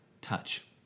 touch